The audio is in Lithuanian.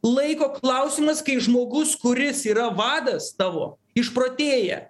laiko klausimas kai žmogus kuris yra vadas tavo išprotėja